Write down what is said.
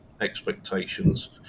expectations